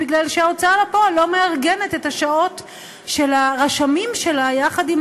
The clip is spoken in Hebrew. כי ההוצאה לפועל לא מארגנת את השעות של הרשמים שלה יחד עם